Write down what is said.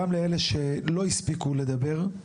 גם לאלו שלא הספיקו לדבר.